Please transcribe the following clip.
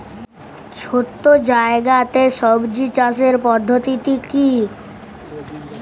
ছোট্ট জায়গাতে সবজি চাষের পদ্ধতিটি কী?